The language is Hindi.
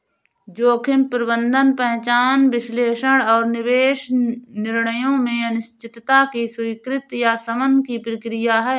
जोखिम प्रबंधन पहचान विश्लेषण और निवेश निर्णयों में अनिश्चितता की स्वीकृति या शमन की प्रक्रिया है